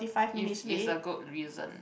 if it's a good reason